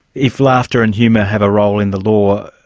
if laughter and humour have a role in the law,